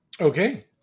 Okay